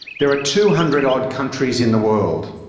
there are two hundred-odd countries in the world.